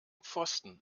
pfosten